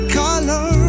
color